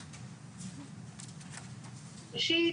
ראשית,